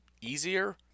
easier